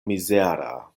mizera